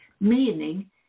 Meaning